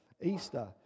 Easter